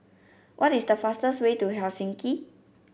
what is the fastest way to Helsinki